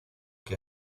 que